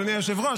אדוני היושב-ראש,